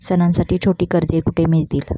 सणांसाठी छोटी कर्जे कुठे मिळतील?